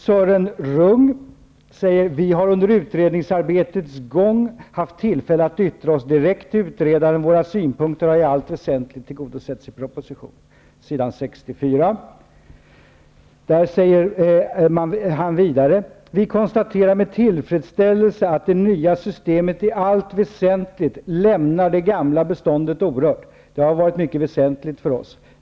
Sören Rung säger: ''Vi har under utredningsarbetets gång haft tillfälle att yttra oss direkt till utredaren. Våra synpunkter har i allt väsentligt tillgodosetts i propositionen.'' Sören Rung säger vidare: ''Vi konstaterar med tillfredsställelse att det nya systemet i allt väsentligt lämnar det gamla beståndet orört. Det har varit mycket väsentligt för oss.